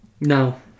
No